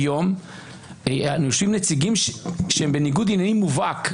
כיום יושבים נציגים שהם בניגוד עניינים מובהק.